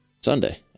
Sunday